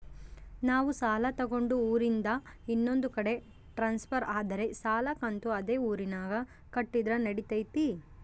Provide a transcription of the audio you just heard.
ನಾವು ಸಾಲ ತಗೊಂಡು ಊರಿಂದ ಇನ್ನೊಂದು ಕಡೆ ಟ್ರಾನ್ಸ್ಫರ್ ಆದರೆ ಸಾಲ ಕಂತು ಅದೇ ಊರಿನಾಗ ಕಟ್ಟಿದ್ರ ನಡಿತೈತಿ?